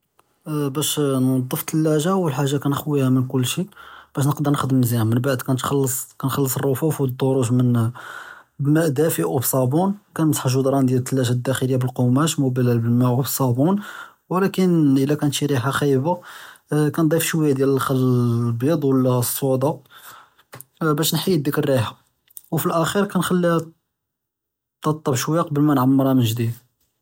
באש נצ'ף אלתלאג'ה, אול חאגה כנחויהא מן כלשי, באש נקדר נכדם מזיאן, מימבעד כנתח'לס כנח'לס אלרפוא'ף ואלדרוג' מן מא דאפי ובצאבון כנמסח אלג'דראן דחליה דיאל תלאג'ה דחליה באלקמאש אלמובלל באלמא וצאבון, ולכין אדא כאנת שי ריחה חאיבה, כנדיף שויה דיאל אלחל אלביץ' ואלצודה באש נחיד דיק אלריחה, ופלאכיר כנחלי הא תתרטב שויה קבל מנעמראהא מן ג'דיד.